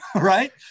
right